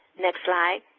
next slide.